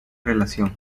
relación